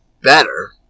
better